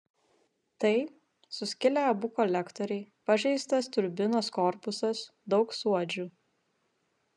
tai suskilę abu kolektoriai pažeistas turbinos korpusas daug suodžių